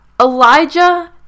Elijah